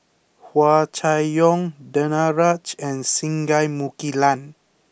Hua Chai Yong Danaraj and Singai Mukilan